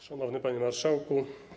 Szanowny Panie Marszałku!